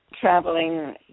traveling